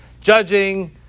judging